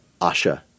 Asha